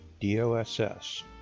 D-O-S-S